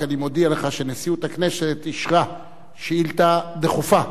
רק אני מודיע לך שנשיאות הכנסת אישרה שאילתא דחופה